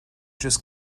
just